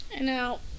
now